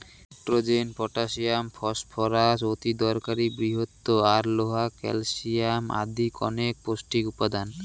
nitrogen, potassium, phosphorus অতিদরকারী বৃহৎ আর লোহা, ক্যালশিয়াম আদি কণেক পৌষ্টিক উপাদান